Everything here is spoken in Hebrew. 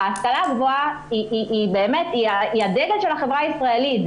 ההשכלה הגבוהה היא הדגל של החברה הישראלית.